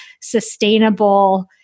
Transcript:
sustainable